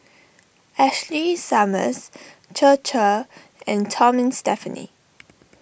Ashley Summers Chir Chir and Tom and Stephanie